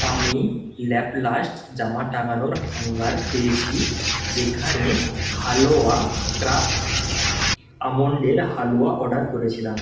আমি ল্যাপ্লাস্ট জামা টাঙানোর হ্যাঙ্গার পেয়েছি যেখানে হালুয়া ক্রাফট আমন্ডের হালুয়া অর্ডার করেছিলাম